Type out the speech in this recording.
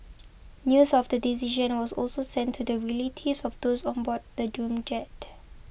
news of the decision was also sent to the relatives of those on board the doomed jet